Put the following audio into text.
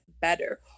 better